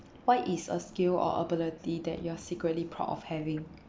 what is a skill or ability that you are secretly proud of having